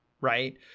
right